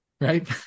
right